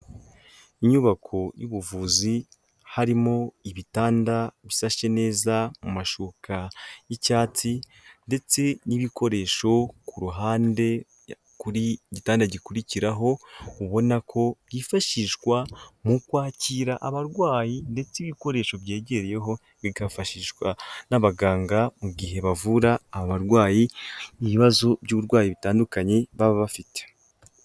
Inyubako y'ubuvuzi harimo ibitanda bisashe neza mu mashuka y'icyatsi ndetse n'ibikoresho ku ruhande, kuri igitanda gikurikiraho ubona ko byifashishwa mu kwakira abarwayi ndetse ibikoresho byegereyeho bigafashishwa n'abaganga mu gihe bavura abarwayi, ibibazo by'uburwayi bitandukanye baba bafite.